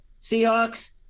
Seahawks